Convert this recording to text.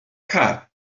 car